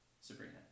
Sabrina